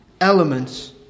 elements